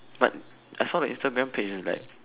but I saw the Instagram page is like